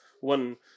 one